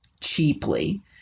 Cheaply